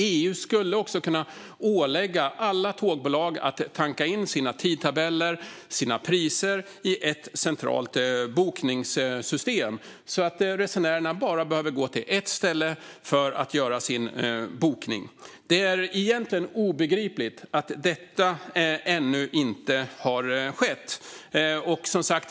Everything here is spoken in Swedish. EU skulle också kunna ålägga alla tågbolag att tanka in sina tidtabeller och priser i ett centralt bokningssystem så att resenärerna bara behövde söka sig till ett ställe för att göra sin bokning. Det är egentligen obegripligt att detta ännu inte har skett.